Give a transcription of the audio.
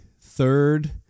third